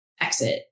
exit